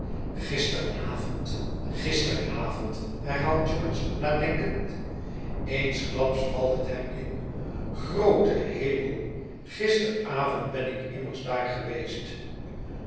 gisteravond gisteravond herhaalt george nadenkend eensklaps valt het hem in groote hemel gisteravond ben ik immers daar geweest